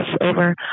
over